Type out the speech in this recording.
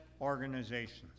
organizations